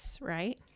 right